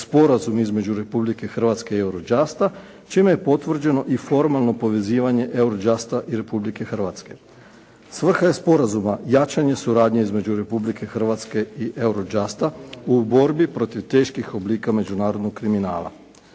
sporazum između Republike Hrvatske i Eurojusta čime je potvrđeno i formalno povezivanje Eurojusta i Republike Hrvatske. Svrha je sporazuma jačanje suradnje između Republike Hrvatske i Eurojusta u borbi protiv teških oblika međunarodnog kriminala.